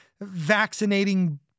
vaccinating